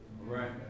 Right